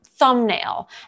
thumbnail